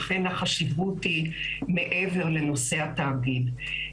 לכן, החשיבות היא מעבר לנושא התאגיד.